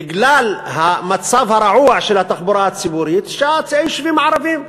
בגלל המצב הרעוע של התחבורה הציבורית ביישובים הערביים,